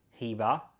Heba